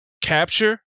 capture